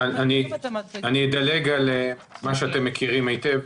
אני אדלג על מה שאתם כבר מכירים היטב,